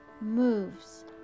moves